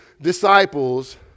disciples